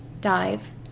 dive